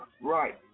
Right